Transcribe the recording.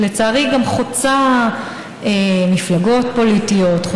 שלצערי היא גם חוצה מפלגות פוליטיות,